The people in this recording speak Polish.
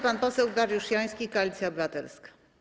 Pan poseł Dariusz Joński, Koalicja Obywatelska.